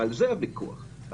שזה הוויכוח.